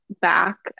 back